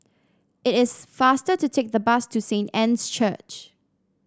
it is faster to take the bus to Saint Anne's Church